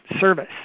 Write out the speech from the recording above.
service